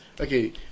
okay